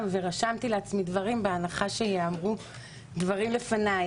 ורשמתי לעצמי דברים בהנחה שייאמרו דברים לפניי,